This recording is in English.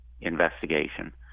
investigation